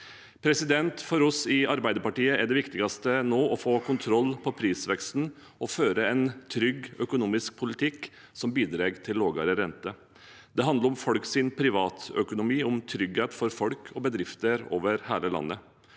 viktige. For oss i Arbeiderpartiet er det viktigste nå å få kontroll på prisveksten og føre en trygg økonomisk politikk som bidrar til lavere rente. Det handler om folks privatøkonomi, om trygghet for folk og bedrifter over hele landet.